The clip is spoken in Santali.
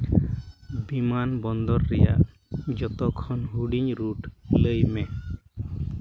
ᱵᱤᱢᱟᱱ ᱵᱚᱱᱫᱚᱨ ᱨᱮᱭᱟᱜ ᱡᱚᱛᱚ ᱠᱷᱚᱱ ᱦᱩᱰᱤᱧ ᱨᱩᱴ ᱞᱟᱹᱭᱢᱮ